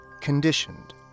conditioned